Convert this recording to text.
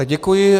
Děkuji.